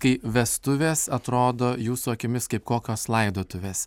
kai vestuvės atrodo jūsų akimis kaip kokios laidotuvės